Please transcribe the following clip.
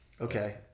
Okay